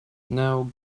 now